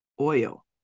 oil